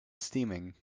steaming